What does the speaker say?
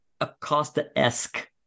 acosta-esque